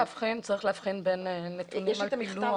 צריך להבחין בין נתונים על פילוח